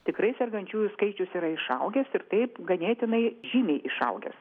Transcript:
tikrai sergančiųjų skaičius yra išaugęs ir taip ganėtinai žymiai išaugęs